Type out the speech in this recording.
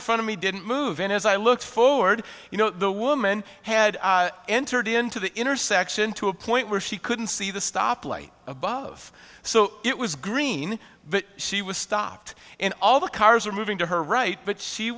in front of me didn't move and as i look forward you know the woman had entered into the intersection to a point where she couldn't see the stop light above so it was green but she was stopped and all the cars were moving to her right but she